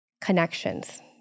connections